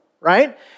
right